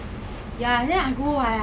did you know right the first time I went right